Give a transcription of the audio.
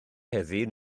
heddiw